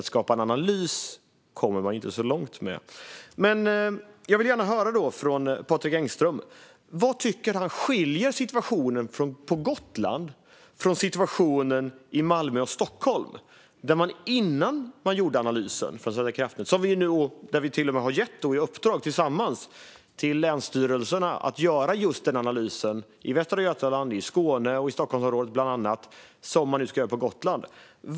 Att skapa en analys kommer man ju inte så långt med. Jag vill gärna höra från Patrik Engström vad han tycker skiljer situationen på Gotland från situationen i Malmö och i Stockholm - där vi tillsammans, innan Svenska kraftnät gjort sin analys, till och med har gett i uppdrag till länsstyrelserna att göra just den analys i bland annat Västra Götaland, Skåne och Stockholmsområdet som man nu ska göra på Gotland.